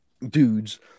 dudes